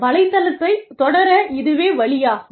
வலைத்தளத்தைத் தொடர இதுவே வழியாகும்